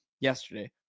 yesterday